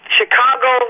Chicago